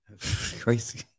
Crazy